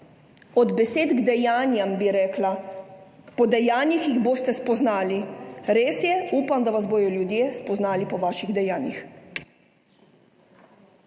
Od besed k dejanjem, bi rekla. »Po dejanjih jih boste spoznali.« Res je, upam, da vas bodo ljudje spoznali po vaših dejanjih.